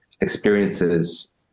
experiences